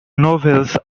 novels